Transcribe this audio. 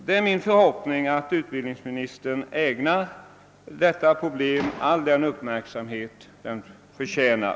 Det är min förhoppning att utbildningsministern ägnar detta problem all den uppmärksamhet det förtjänar.